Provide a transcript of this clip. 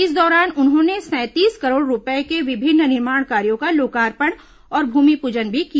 इस दौरान उन्होंने सैंतीस करोड़ रूपए के विभिन्न निर्माण कार्यों का लोकार्पण और भूमिपूजन भी किया